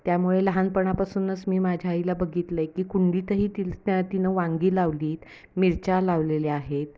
त्यामुळे लहानपणापासूनच मी माझ्या आईला बघितलं आहे की कुंडीतही ति तिनं वांगी लावली आहेत मिरच्या लावलेल्या आहेत